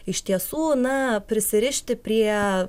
iš tiesų na prisirišti prie